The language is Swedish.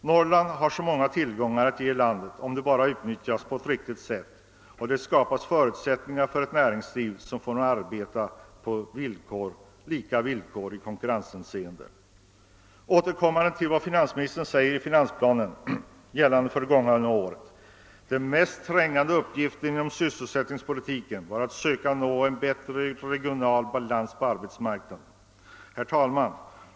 Norrland har många tillgångar att ge landet, om de bara utnyttjas på riktigt sätt och om det skapas förutsättningar för ett näringsliv som får arbeta på lika villkor i konkurrenshänseende. Jag slutar med att återge vad finansministern säger om det gångna årets finansplan: Den mest trängande uppgiften inom sysselsättningspolitiken var att söka nå en bättre regional balans på arbetsmarknaden.